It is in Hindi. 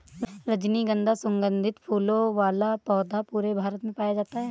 रजनीगन्धा सुगन्धित फूलों वाला पौधा पूरे भारत में पाया जाता है